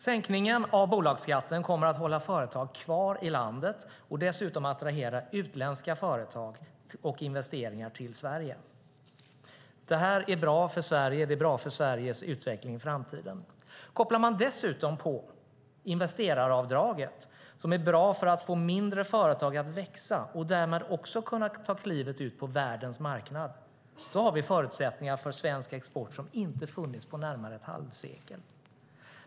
Sänkningen av bolagsskatten kommer att hålla företag kvar i landet och dessutom attrahera utländska företag och investeringar till Sverige. Det här är bra för Sverige. Det är bra för Sveriges utveckling i framtiden. Kopplar man dessutom på investeraravdraget, som är bra för att få mindre företag att växa och också kunna ta klivet ut på världens marknad, har vi förutsättningar för svensk export som inte har funnits på närmare ett halvt sekel.